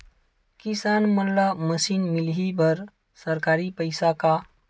किसान मन ला मशीन मिलही बर सरकार पईसा का?